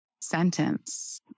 sentence